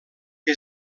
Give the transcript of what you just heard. que